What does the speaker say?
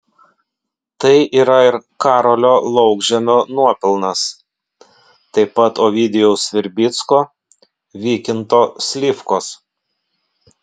tai yra ir karolio laukžemio nuopelnas taip pat ovidijaus verbicko vykinto slivkos